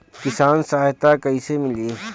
किसान सहायता कईसे मिली?